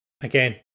again